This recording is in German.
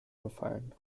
befallen